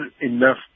enough